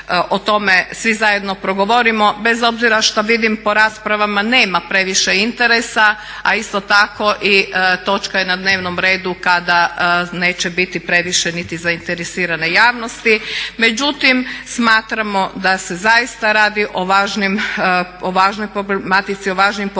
o tome svi zajedno progovorimo bez obzira što vidim po raspravama nema previše interesa, a isto tako i točka je na dnevnom redu kada neće biti previše niti zainteresirane javnosti. Međutim, smatramo da se zaista radi o važnoj problematici, o važnim područjima